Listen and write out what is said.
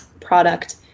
product